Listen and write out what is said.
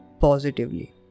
positively